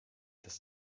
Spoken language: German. das